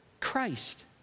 Christ